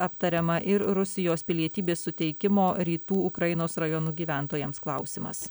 aptariama ir rusijos pilietybės suteikimo rytų ukrainos rajonų gyventojams klausimas